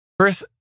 Chris